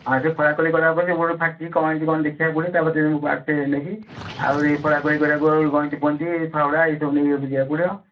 ହଁ ସେ ଖୋଳାଖୋଳି କଲା ପରେ କେଉଁଠି ଫାଟିଛି କ'ଣ ହେଇଛି କ'ଣ ଦେଖିବାକୁ ପଡ଼ିବ ତା'ପରେ ଟିକିଏ ମୁଁ ପାର୍ଟସ ନେବି ଆହୁରି ଖୋଳାଖୋଳି କରିବାକୁ ଆହୁରି ଗଇଁତି ଫଇଁତି ଫାଉଡ଼ା ଏସବୁ ନେଇକି ଯିବାକୁ ପଡ଼ିବ